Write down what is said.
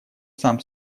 сам